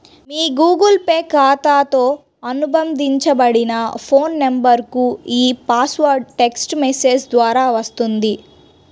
మీ Google Pay ఖాతాతో అనుబంధించబడిన phone నంబర్కు ఈ పాస్వర్డ్ టెక్ట్స్ మెసేజ్ ద్వారా వస్తుంది